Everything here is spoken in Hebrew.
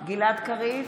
גלעד קריב,